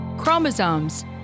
Chromosomes